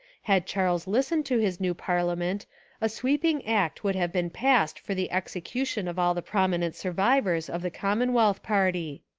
had charles listened to his new parliament a sweep ing act would have been passed for the execu tion of all the prominent survivors of the commonwealth party.